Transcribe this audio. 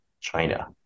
China